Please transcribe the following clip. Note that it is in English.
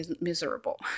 miserable